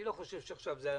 אני לא חושב שעכשיו זה הזמן.